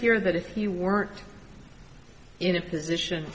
here that you weren't in a position